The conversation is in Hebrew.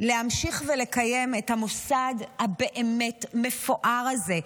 להמשיך ולקיים את המוסד הבאמת-מפואר הזה.